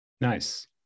Nice